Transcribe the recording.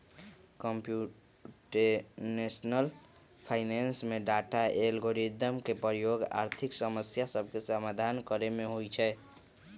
computational finance में data, algorithm के प्रयोग आर्थिक समस्या सभके समाधान करे में होइ छै